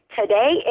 today